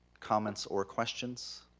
comments or questions?